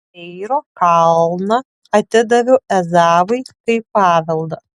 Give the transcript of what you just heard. seyro kalną atidaviau ezavui kaip paveldą